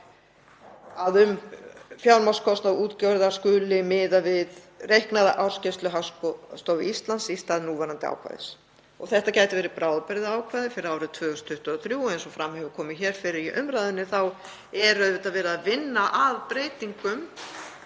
að um fjármagnskostnað útgerðar skuli miða við reiknaða ársskýrslu Hagstofu Íslands í stað núverandi ákvæðis. Þetta gæti verið bráðabirgðaákvæði fyrir árið 2023. Og eins og fram hefur komið hér fyrr í umræðunni þá er auðvitað verið að vinna að breytingum